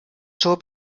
zur